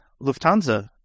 Lufthansa